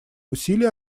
усилий